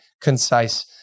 concise